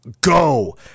go